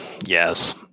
Yes